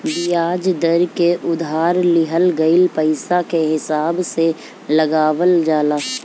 बियाज दर के उधार लिहल गईल पईसा के हिसाब से लगावल जाला